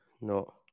No